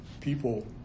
People